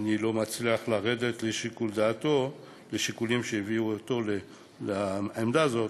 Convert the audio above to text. אני לא מצליח לרדת לשיקול הדעת ולשיקולים שהביאו אותם לעמדה הזאת,